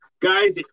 Guys